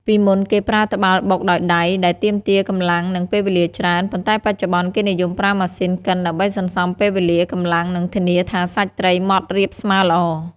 ពីមុនគេប្រើត្បាល់បុកដោយដៃ ដែលទាមទារកម្លាំង និងពេលវេលាច្រើន ប៉ុន្តែបច្ចុប្បន្នគេនិយមប្រើម៉ាស៊ីនកិនដើម្បីសន្សំពេលវេលា កម្លាំង និងធានាថាសាច់ត្រីម៉ដ្ឋរាបស្មើល្អ។